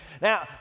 Now